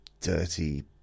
dirty